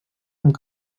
amb